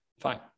Fine